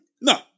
No